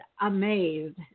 amazed